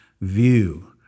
view